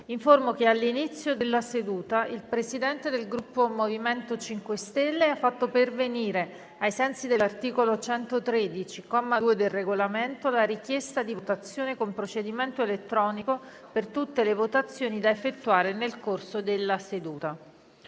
che all'inizio della seduta il Presidente del Gruppo MoVimento 5 Stelle ha fatto pervenire, ai sensi dell'articolo 113, comma 2, del Regolamento, la richiesta di votazione con procedimento elettronico per tutte le votazioni da effettuare nel corso della seduta.